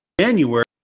January